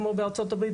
כמו בארצות הברית,